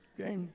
Okay